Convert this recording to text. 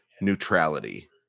neutrality